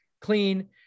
clean